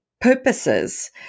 purposes